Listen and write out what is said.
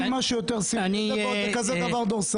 אין משהו סמלי יותר ועוד בדבר כזה דורסני.